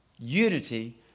Unity